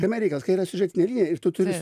kame reikalas kai yra siužetinė linija ir tu turi